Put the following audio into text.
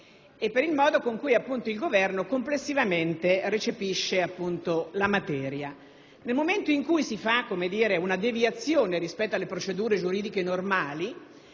e per il modo in cui il Governo, complessivamente, recepisce la materia. Nel momento in cui si opera una deviazione rispetto alle procedure giuridiche normali,